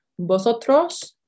vosotros